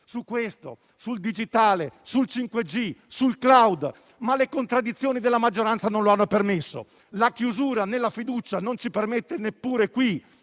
(sul digitale, sul 5G, sul *cloud*), ma le contraddizioni della maggioranza non lo hanno permesso. La chiusura nella fiducia non ci permette di dare un